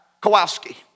Kowalski